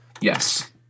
Yes